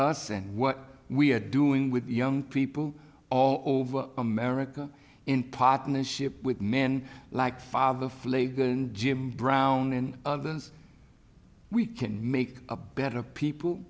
us and what we are doing with young people all over america in partnership with men like father flager and jim brown and others we can make a better people